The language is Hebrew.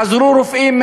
חזרו רופאים,